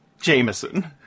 Jameson